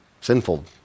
sinful